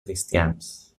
cristians